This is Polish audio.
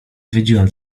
zwiedziłam